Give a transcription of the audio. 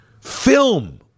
film